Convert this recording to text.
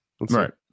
Right